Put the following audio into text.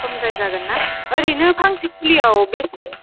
खमद्राय जागोन ना ओरैनो फास्स' फुलियाव बेसे